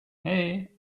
hey